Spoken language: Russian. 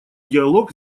диалог